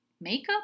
makeup